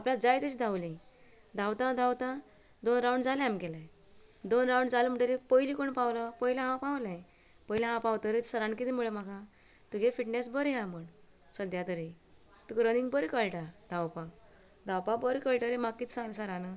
आपल्या जाय तशीं धांवली धांवतां धांवतां दोन राउंड जालें आमगेलें दोन राउंड जालें म्हणटरी पयलीं कोण पावलो पयलीं हांव पावलें पयलीं हांव पावतरीच सरान कितें म्हणलें म्हाका तुगे फिटनेस बरी आहा म्हूण सद्या तरी तुका रनींग बरी कळटा धांवपाक धांवपाक बरें कळटकीच म्हाका कितें सांगलें सरान